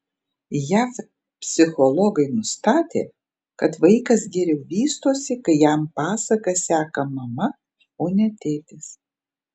jav psichologai nustatė kad vaikas geriau vystosi kai jam pasakas seka mama o ne tėtis